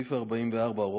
סעיף 44,